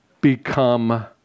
become